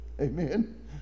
Amen